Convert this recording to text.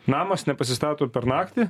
namas nepasistato per naktį